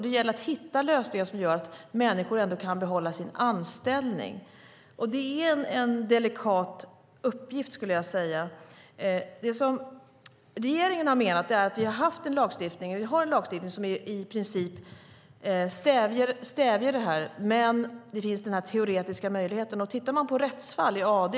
Det gäller att hitta lösningar som gör att människor kan behålla sin anställning, och det är en delikat uppgift. Vi har en lagstiftning som i princip stävjar det här, men det finns teoretiska möjligheter att missbruka visstidsanställningar.